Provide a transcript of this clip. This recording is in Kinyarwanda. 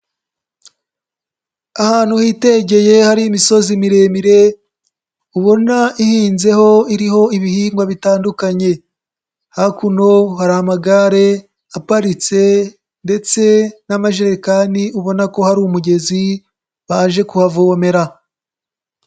Ahantu hitegeye hari imisozi miremire, ubona ihinzeho, iriho ibihingwa bitandukanye. Hakuno hari amagare aparitse ndetse n'amajerekani, ubona ko hari umugezi, baje kuhavomera.